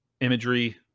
imagery